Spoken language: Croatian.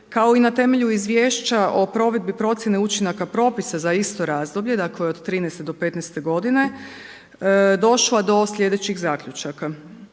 kao i na temelju Izvješća o provedbi procjene učinaka propisa za isto razdoblje dakle od '13. do '15. godine došla do sljedećih zaključaka.